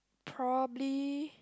probably